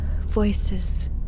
Voices